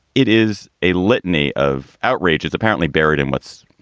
it is a litany of outrages apparently buried in what's,